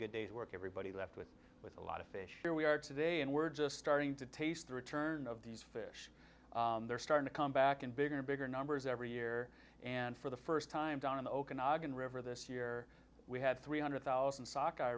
good day's work everybody left with with a lot of fish where we are today and we're just starting to taste the return of these fish they're starting to come back in bigger and bigger numbers every year and for the first time down in the okanagan river this year we had three hundred thousand sock